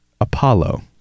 Apollo